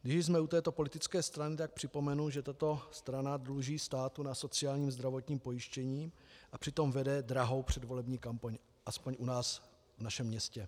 Když už jsme u této politické strany, tak připomenu, že tato strana dluží státu na sociálním a zdravotním pojištění, a přitom vede drahou předvolební kampaň, aspoň u nás v našem městě.